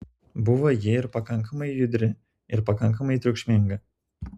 buvo ji ir pakankamai judri ir pakankamai triukšminga